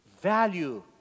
value